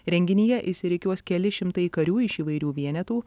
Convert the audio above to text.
renginyje išsirikiuos keli šimtai karių iš įvairių vienetų